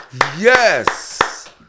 Yes